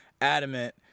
adamant